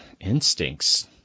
instincts